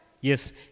Yes